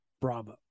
Bravo